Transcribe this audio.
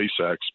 SpaceX